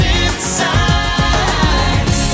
inside